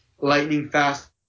lightning-fast